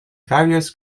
various